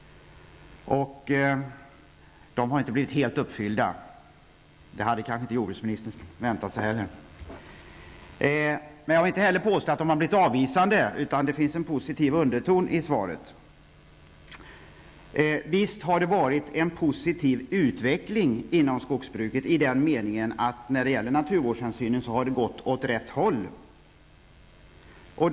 De har inte blivit helt uppfyllda. Det hade kanske inte jordbruksministern väntat sig heller. Men jag vill heller inte påstå att de blivit avvisade, utan det finns en positiv underton i svaret. Visst har det skett en positiv utveckling i skogsbruket i den meningen att det har gått åt rätt håll när det gäller naturvårdshänsynen.